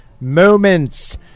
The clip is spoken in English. Moments